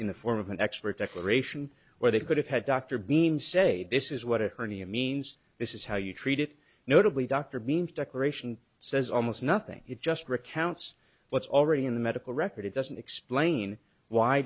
in the form of an expert declaration where they could have had dr beams say this is what it hernia means this is how you treat it notably dr means declaration says almost nothing it just recounts what's already in the medical record it doesn't explain why